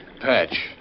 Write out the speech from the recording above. Patch